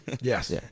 Yes